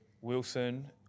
Wilson